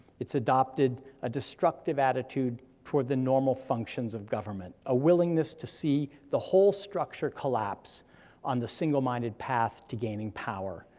it's adopted a destructive attitude toward the normal functions of government, a willingness to see the whole structure collapse on the single-minded path to gaining power,